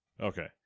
Okay